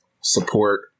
support